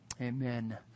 amen